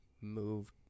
move